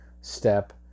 step